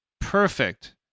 Perfect